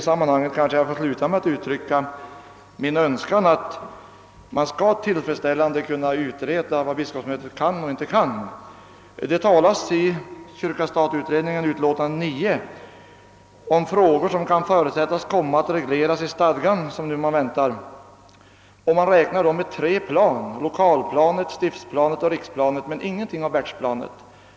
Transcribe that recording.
Jag vill slutligen uttrycka en önskan att man tillfredsställande skall utreda vad biskopsmötet kan och inte kan. Det talas i Kyrka—stat-utredningen, utlåtande nr 9, om frågor som kan förutsättas komma att regleras i den stadga man nu väntar. Man räknar med tre plan, lokalplanet, stiftsplanet och riksplanet, men det nämns ingenting om världsplanet.